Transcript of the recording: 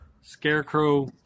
Scarecrow